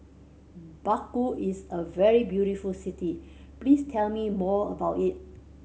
Baku is a very beautiful city please tell me more about it